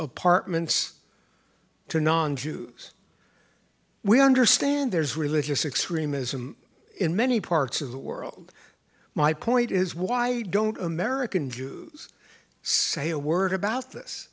apartments to non jews we understand there's religious extremism in many parts of the world my point is why don't american jews say a word about this